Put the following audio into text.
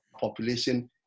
population